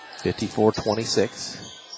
54-26